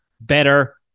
better